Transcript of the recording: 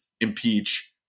impeach